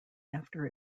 after